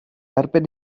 erbyn